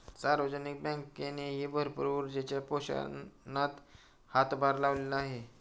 सार्वजनिक बँकेनेही भरपूर ऊर्जेच्या पोषणात हातभार लावलेला आहे